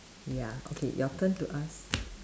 ya okay your turn to ask